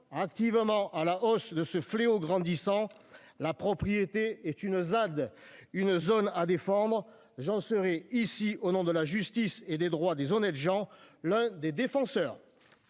activement à la hausse de ce fléau grandissant. La propriété est une ZAD une zone à défendre Jean Seri ici au nom de la justice et des droits des honnêtes gens. L'un des défenseurs.